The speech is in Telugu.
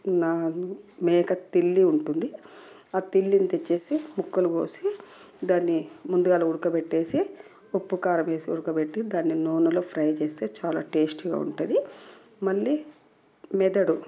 నాన్ మేక తిల్లి ఉంటుంది ఆ తిల్లిని తెచ్చేసి ముక్కలు కోసి దాన్ని ముందుగాల ఉడక పెట్టేసి ఉప్పు కారం వేసి ఉడక పెట్టి దాన్ని నూనెలో ఫ్రై చేస్తే చాలా టేస్టీగా ఉంటుంది మళ్ళీ మెదడు